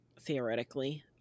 Theoretically